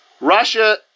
Russia